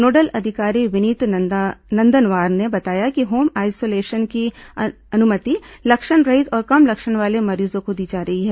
nodal अधिकारी विनीत नंदनवार ने बताया कि होम आइसोलेशन की अनुमति लक्षणरहित और कम लक्षण वाले मरीजों को दी जा रही है